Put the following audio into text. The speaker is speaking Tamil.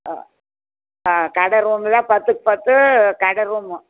ஆ கடை ரூமில் பத்துக்கு பத்து கடை ரூம்